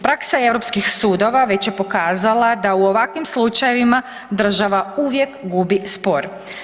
Praksa EU sudova već je pokazala da u ovakvim slučajevima država uvijek gubi spor.